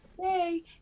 hey